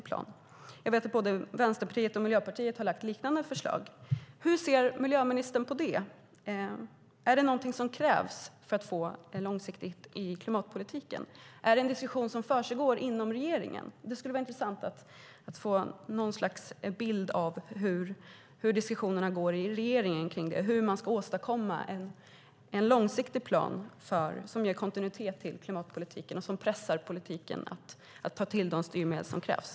Jag vet att både Vänsterpartiet och Miljöpartiet har lagt fram liknande förslag. Hur ser miljöministern på det? Är det någonting som krävs för att få en långsiktighet i klimatpolitiken? Är det en diskussion som försiggår inom regeringen? Det skulle vara intressant att få något slags bild av hur diskussionerna går i regeringen kring hur man ska åstadkomma en långsiktig plan som ger kontinuitet till klimatpolitiken och som pressar politiken att ta till de styrmedel som krävs.